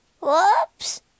Whoops